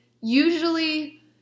usually